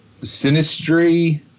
Sinistry